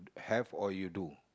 have or you do